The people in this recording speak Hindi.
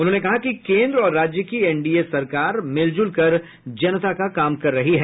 उन्होंने कहा कि केन्द्र और राज्य की एनडीए सरकार मिलजुल कर जनता का काम कर रही है